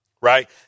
Right